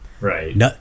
Right